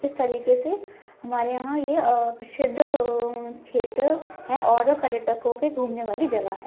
इस तरीके से हमारे यहाँ ये अ प्रसिद्ध अ क्षेत्र है और पर्यटकों के घूमने वाली जगह है